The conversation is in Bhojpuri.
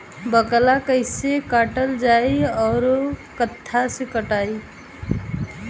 बाकला कईसे काटल जाई औरो कट्ठा से कटाई?